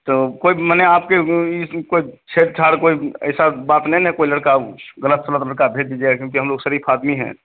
तो कोई ब माने आपके कोई छेड़ छाड़ कोई भी ऐसा बात नहीं ना है कोई लड़का वह ग़लत सलत लड़का भेज दीजिएगा क्योंकि हम लोग शरीफ़ आदमी हैं